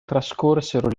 trascorsero